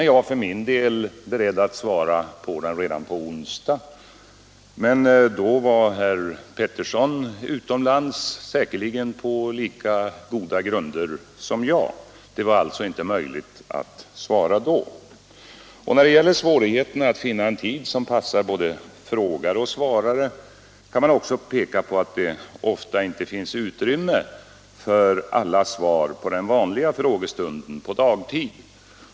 Jag var för min del beredd att svara på den redan på onsdagen, men då var herr Pettersson utomlands, säkerligen på lika goda grunder som jag dagen därpå. Det var alltså inte möjligt att besvara frågan på onsdagen. När det gäller svårigheterna att finna en tid som passar både frågare och svarare kan man också peka att det ofta inte finns utrymme för alla svar under den vanliga frågestunden på dagtid.